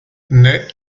naît